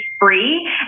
free